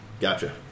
Gotcha